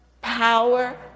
power